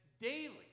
daily